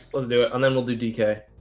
let's do it and then we'll do dk